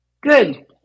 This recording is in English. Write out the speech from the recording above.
Good